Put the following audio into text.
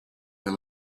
the